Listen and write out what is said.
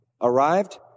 arrived